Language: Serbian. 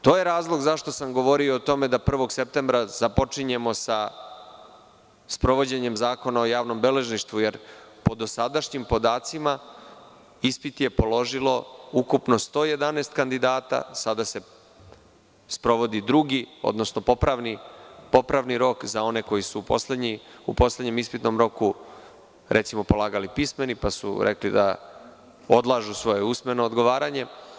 To je razlog zašto sam govorio o tome da 1. septembra započinjemo sa sprovođenjem Zakona o javnom beležništvu, jer po dosadašnjim podacima ispit je položilo ukupno 111 kandidata, sada se sprovodi drugi, odnosno popravni rok za one koji su u poslednjem ispitnom roku polagali pismeni pa su rekli da odlažu svoja usmena odgovaranja.